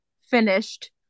finished